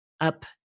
up